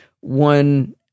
one